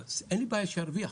אין לי בעיה שירוויח,